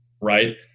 right